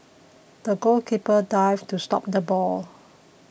the goalkeeper dived to stop the ball